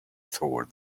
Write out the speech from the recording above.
toward